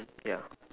ya